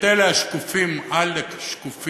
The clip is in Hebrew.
את אלה השקופים, עלק שקופים.